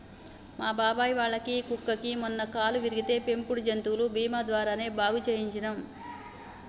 మా బాబాయ్ వాళ్ళ కుక్కకి మొన్న కాలు విరిగితే పెంపుడు జంతువుల బీమా ద్వారానే బాగు చేయించనం